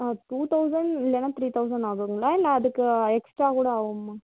two thousand இல்லைனா three thousand ஆகும்ங்களா இல்லை அதுக்கு எக்ஸ்ட்ரா கூட ஆகுமா